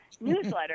newsletter